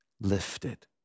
lifted